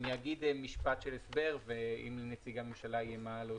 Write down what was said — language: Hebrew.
אני אומר משפט של הסבר ואם לנציגי הממשלה יהיה מה להוסיף,